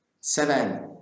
Seven